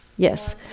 Yes